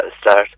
start